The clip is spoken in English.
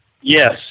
Yes